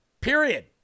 Period